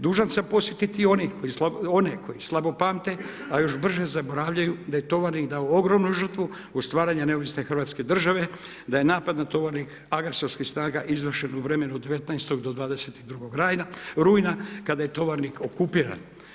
Dužan sam posjetiti i one koje slabo pamte, a još brže zaboravljaju da je Tovarnik dao ogromnu žrtvu o stvaranju neovisne Hrvatske države, da je napad na Tovarnik agresorskih snaga izvršen u vremenu od 19.-22. rujna kada je Tovarnik okupiran.